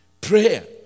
Prayer